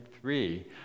three